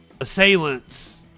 assailants